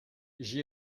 j’y